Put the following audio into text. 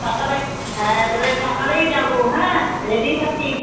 সকালে হ্যাঁ তাহলে সকালেই যাবো হ্যাঁ রেডি থাকিস